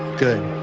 good.